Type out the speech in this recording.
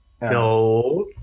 No